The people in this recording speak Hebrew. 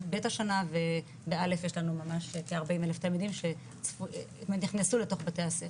יב' השנה וב-א' יש לנו ממש כ-40,000 תלמידים שנכנסו לתוך בתי הספר,